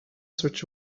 switch